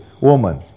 woman